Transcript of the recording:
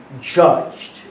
judged